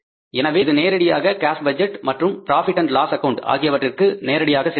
எனவே இது நேரடியாக கேஸ் பட்ஜெட் மற்றும் ப்ராபிட் அண்ட் லாஸ் ஆக்கவுண்ட் ஆகியவற்றுக்கு நேரடியாக சென்று விடும்